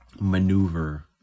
maneuver